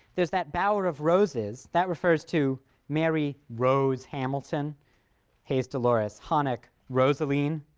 there is that bower of roses. that refers to mary rose hamilton haze, dolores hanek, rosaline.